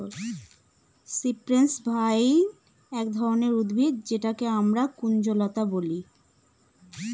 cypress vine এক ধরনের উদ্ভিদ যেটাকে আমরা কুঞ্জলতা বলি